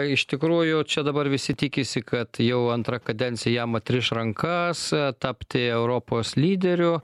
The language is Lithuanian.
iš tikrųjų čia dabar visi tikisi kad jau antra kadencija jam atriš rankas tapti europos lyderiu